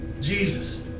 Jesus